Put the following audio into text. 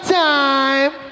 time